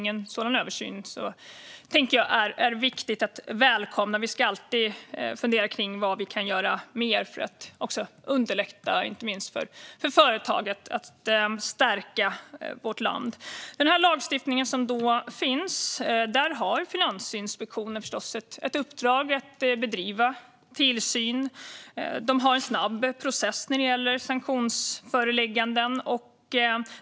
En sådan översyn tänker jag är viktig att välkomna; vi ska ju alltid fungera över vad mer vi kan göra för att underlätta för inte minst företag att stärka vårt land. Finansinspektionen har naturligtvis ett uppdrag att bedriva tillsyn utifrån den lagstiftning som finns. De har en snabb process när det gäller sanktionsförelägganden.